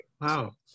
Wow